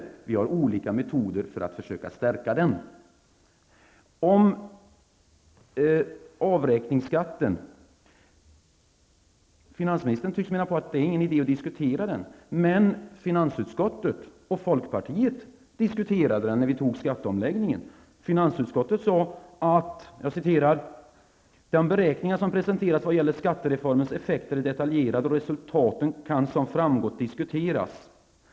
Men vi har olika metoder för att försöka stärka den. Finansministern tycks mena att det inte är någon idé att diskutera avräkningsskatten. Men finansutskottet och folkpartiet diskuterade den när vi antog skatteomläggingen. Finansutskottet sade att: De beräkningar som presenterats vad gäller skattereformens effekter är detaljerade och resultaten kan som framgått diskuteras.